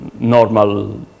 normal